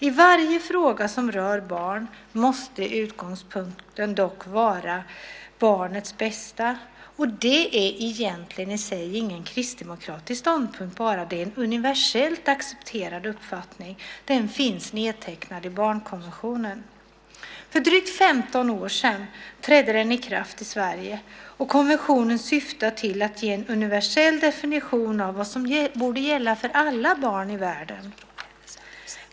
I varje fråga som rör barn måste utgångspunkten dock vara barnets bästa. Detta är i sig inte en kristdemokratisk synpunkt, det är en universellt accepterad uppfattning. Den finns nedtecknad i barnkonventionen. För drygt 15 år sedan trädde barnkonventionen i kraft i Sverige. Konventionen syftar till att ge en universell definition av vad som borde gälla för alla barn i världen.